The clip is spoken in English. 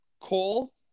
Cole